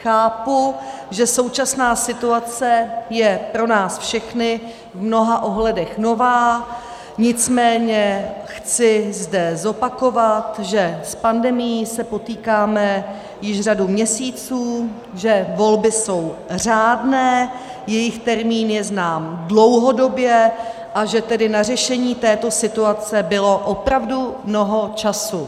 Chápu, že současná situace je pro nás všechny v mnoha ohledech nová, nicméně chci zde zopakovat, že s pandemií se potýkáme již řadu měsíců, že volby jsou řádné, jejich termín je znám dlouhodobě a že tedy na řešení této situace bylo opravdu mnoho času.